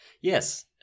Yes